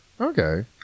Okay